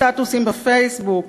סטטוסים בפייסבוק,